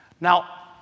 Now